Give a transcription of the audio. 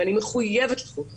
ואני מחויבת לחוק הזה,